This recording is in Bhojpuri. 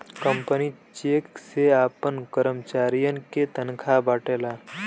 कंपनी चेक से आपन करमचारियन के तनखा बांटला